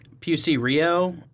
PUC-Rio